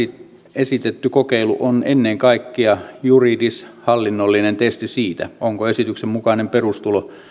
esitetty kokeilu on ennen kaikkea juridis hallinnollinen testi siitä onko esityksen mukainen perustulo